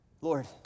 Lord